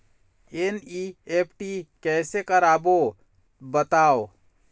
NEFT कैसे करबो बताव?